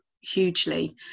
hugely